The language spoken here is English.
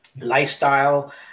lifestyle